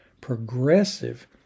progressive